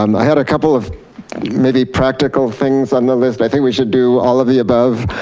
um i had a couple of maybe practical things on the list, i think we should do all of the above.